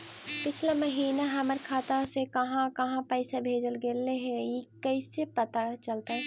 पिछला महिना हमर खाता से काहां काहां पैसा भेजल गेले हे इ कैसे पता चलतै?